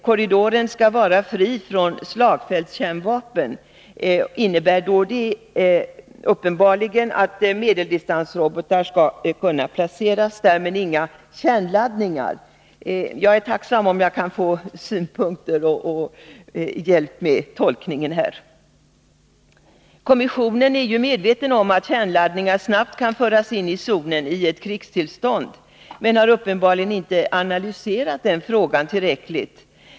Korridoren skall vara fri från slagfältskärnvapen. Det innebär uppenbarligen att medeldistansrobotar skall kunna placeras där, men inga kärnladdningar. Jag är tacksam om jag kan få synpunkter och hjälp med tolkningen här. Kommissionen är medveten om att kärnladdningar snabbt kan föras in i zonen i ett krigstillstånd, men har uppenbarligen inte analyserat den frågan tillräckligt.